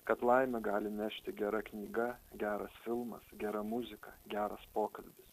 kad laimę gali nešti gera knyga geras filmas gera muzika geras pokalbis